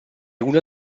una